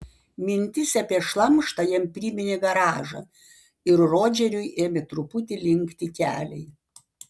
mintis apie šlamštą jam priminė garažą ir rodžeriui ėmė truputį linkti keliai